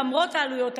למרות העלויות גבוהות,